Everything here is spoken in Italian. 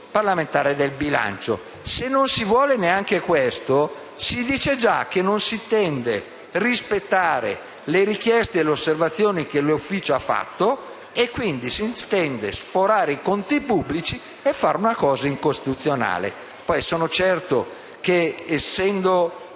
parlamentare del bilancio. Se non si vuole neanche questo, si dice già che non si intendono rispettare le richieste e le osservazioni che l'Ufficio ha formulato e quindi si intende sforare i conti pubblici e fare una cosa incostituzionale. Poi sono certo che, essendo